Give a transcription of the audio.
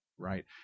right